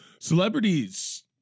Celebrities